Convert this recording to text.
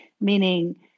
meaning